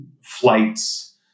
flights